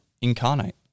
incarnate